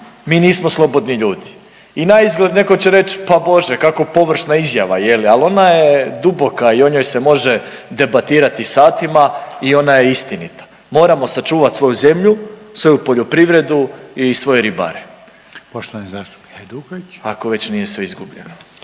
mi nismo slobodni ljudi. I naizgled netko će reći pa bože kako površna izjava. Ali ona je duboka i o njoj se može debatirati satima i ona je istinita. Moramo sačuvati svoju zemlju, svoju poljoprivredu i svoje ribare. **Reiner, Željko (HDZ)** Poštovani zastupnik